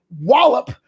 wallop